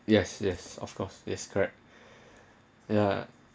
yes yes of course yes corrcet ya